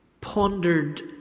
pondered